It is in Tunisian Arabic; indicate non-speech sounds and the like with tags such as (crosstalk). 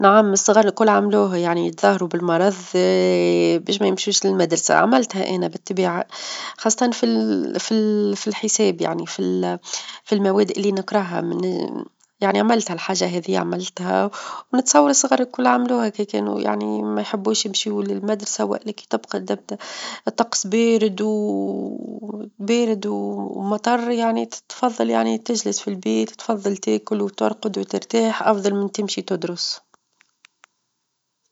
نعم من الصغر الكل عملوه يعني يتظاهروا بالمرظ (hesitation) باش ما يمشيوش للمدرسة، عملتها أنا بالطبيعة خاصة -في ال- (hesitation) -في ال- في الحساب يعني -في ال- في المواد اللي نكرهها (hesitation) يعني عملتها الحاجة هذي عملتها، ونتصور الصغار الكل عملوها كي كانوا يعني ما يحبوش يمشيو للمدرسة، واللي كي تبقى -الط- الطقس -بارد- (hesitation) بارد (hesitation) ومطر يعني -ت- تفظل يعني تجلس في البيت، تفظل تاكل، وترقد، وترتاح أفظل من تمشي تدرس.